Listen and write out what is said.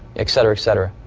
etc, etc.